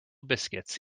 biscuits